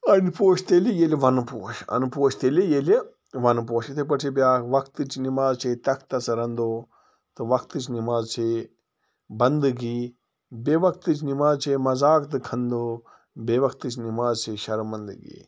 اَن پوش تیٚلہِ ییٚلہِ وَن پوش اَن پوش تیٚلہِ ییٚلہِ وَن پوش یِتھٔے پٲٹھۍ چھِ بیٛاکھ وقتٕچۍ نیٚماز چھے تختَس رَنٛدو تہٕ وَقتٕچۍ نیٚماز چھے بنٛدٕگی بے وَقتٕچۍ نِماز چھے مزاق تہٕ کھنٛدو بے وقتٕچۍ نیٚماز چھے شرمنٛدٕگی